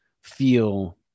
feel